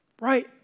right